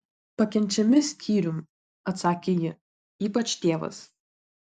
pakenčiami skyrium atsakė ji ypač tėvas